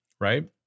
right